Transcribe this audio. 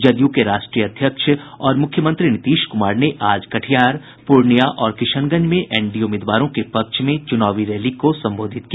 जदयू के राष्ट्रीय अध्यक्ष और मुख्यमंत्री नीतीश कुमार ने आज कटिहार पूर्णियां और किशनगंज में एनडीए उम्मीदवारों के पक्ष में चुनावी रैली को संबोधित किया